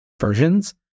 versions